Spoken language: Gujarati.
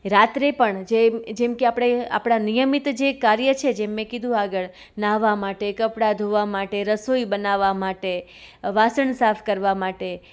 રાત્રે પણ જે જેમ કે આપણે આપણા નિયમિત જે કાર્ય છે જેમ મેં કીધું આગળ નહાવા માટે કપડાં ધોવા માટે રસોઈ બનાવા માટે વાસણ સાફ કરવા માટે